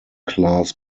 class